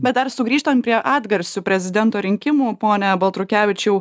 bet dar sugrįžtant prie atgarsių prezidento rinkimų pone baltrukevičiau